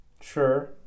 sure